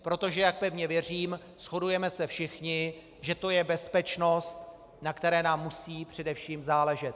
Protože jak pevně věřím, shodujeme se všichni, že to je bezpečnost, na které nám musí především záležet.